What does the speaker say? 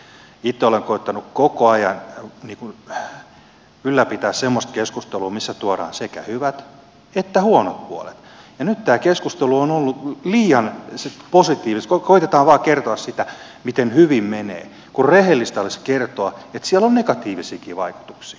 itse olen koettanut koko ajan ylläpitää semmoista keskustelua missä tuodaan esiin sekä hyvät että huonot puolet ja nyt tämä keskustelu on ollut liian positiivista koetetaan vain kertoa sitä miten hyvin menee kun rehellistä olisi kertoa että siellä on negatiivisiakin vaikutuksia